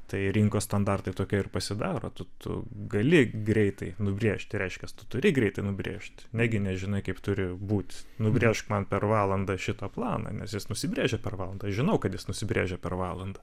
tai rinkos standartai tokie ir pasidaro tu tu gali greitai nubrėžti reiškias tu turi greitai nubrėžti negi nežinai kaip turi būt nubrėžk man per valandą šitą planą nes jis nusibrėžia per valandą žinau kad jis nusibrėžia per valandą